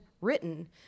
written